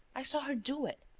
i saw her do it.